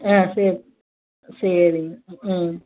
ஆ சரி சரிங்க ம்